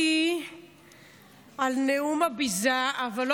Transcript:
מלינובסקי, איננה נוכחת, חברת הכנסת שרון ניר,